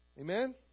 Amen